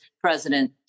President